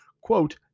quote